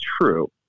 true